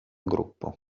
gruppo